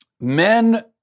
Men